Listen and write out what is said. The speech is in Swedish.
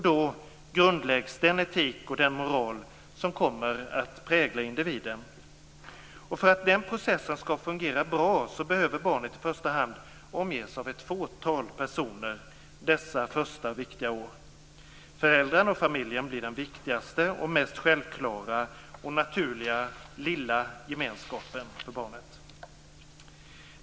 Då grundläggs den etik och moral som kommer att prägla individen. För att den processen skall fungera bra behöver barnet i första hand omges av ett fåtal personer dessa första viktiga år. Föräldrarna och familjen blir den viktigaste och mest självklara och naturliga lilla gemenskapen för barnet.